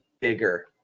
bigger